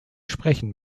sprechen